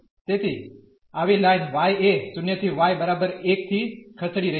તેથી આવી line y એ 0 ¿y બરાબર 1 થી ખસેડી રહી છે